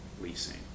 leasing